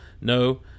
No